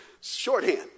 Shorthand